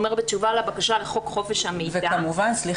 בתשובה לבקשה לפי חוק חופש המידע --- סליחה,